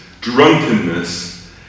drunkenness